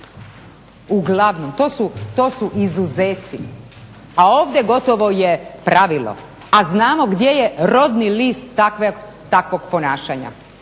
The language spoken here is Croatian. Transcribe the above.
Uglavnom, to su izuzeci. A ovdje gotovo je pravilo, a znamo gdje je rodni list takvog ponašanja